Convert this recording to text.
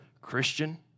Christian